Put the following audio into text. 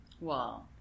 Wow